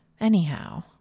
anyhow